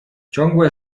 ciągłe